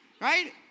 Right